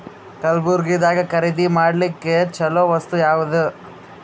ಕಲಬುರ್ಗಿದಾಗ ಖರೀದಿ ಮಾಡ್ಲಿಕ್ಕಿ ಚಲೋ ವಸ್ತು ಯಾವಾದು?